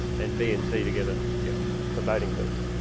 and b and c together yeah for voting purposes.